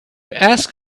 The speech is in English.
ask